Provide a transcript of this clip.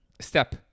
Step